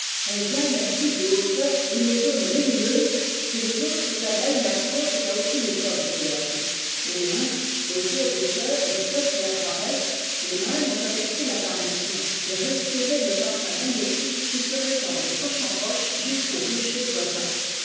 elle gagne ainsi des hauteurs et une zone lumineuse que les autres abeilles n'affrontent à aucune époque de leur vie au loin autour des fleurs où flotte leur paresse les mâles ont aperçu l'apparition et respiré le parfum magnétique qui se répand de proche en proche jusqu'aux ruchers voisins